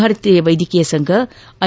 ಭಾರತೀಯ ವೈದ್ಯಕೀಯ ಸಂಘ ಐ